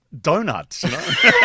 donuts